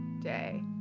day